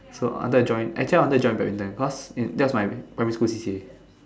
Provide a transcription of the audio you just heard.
so after I join actually I wanted to join badminton because that was my primary school C_C_A